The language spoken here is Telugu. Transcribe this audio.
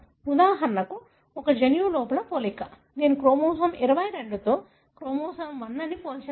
ఉదాహరణకు ఒక జన్యువు లోపల పోలిక నేను క్రోమోజోమ్ 22 తో క్రోమోజోమ్ 1 ని పోల్చగలను